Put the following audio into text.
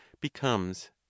becomes